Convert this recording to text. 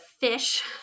fish